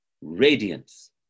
radiance